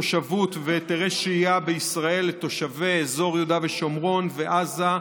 תושבות והיתרי שהייה בישראל לתושבי אזור יהודה ושומרון ועזה,